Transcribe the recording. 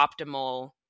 optimal